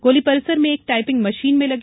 गोली परिसर में एक टाइपिंग मशीन में लगी